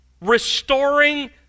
restoring